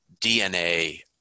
DNA